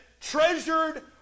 treasured